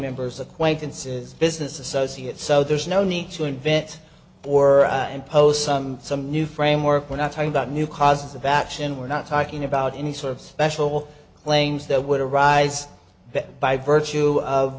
members acquaintances business associates so there's no need to invent or impose some some new framework we're not talking about new causes of bachan we're not talking about any sort of special claims that would arise but by virtue of